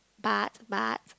but but